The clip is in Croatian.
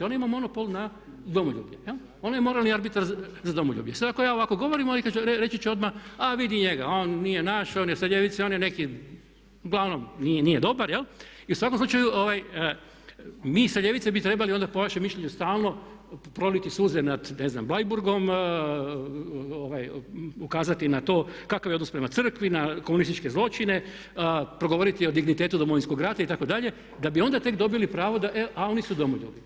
Ona ima monopol na domoljublje, ona je morali arbitar za domoljublje, sad ako ja ovako govorim reći će odmah a vidi njega, on nije naš, on je sa ljevice, on je neki, uglavnom nije dobar i u svakom slučaju mi sa ljevice bi trebali po vašem mišljenju stalno proliti suze nad ne znam Bleiburgom, ukazati na to kakav je odnos prema crkvi, na komunističke zločine, progovoriti o dignitetu Domovinskog rata itd. da bi onda tek dobili pravo a oni su Domoljubi.